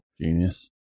Genius